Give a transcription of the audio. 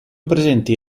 presenti